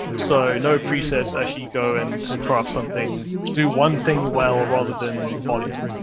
so, no precess actually go and craft something, do one thing well, rather than volume.